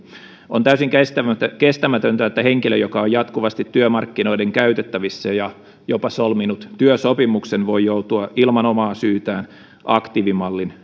on täysin kestämätöntä että henkilö joka on jatkuvasti työmarkkinoiden käytettävissä ja jopa solminut työsopimuksen voi joutua ilman omaa syytään aktiivimallin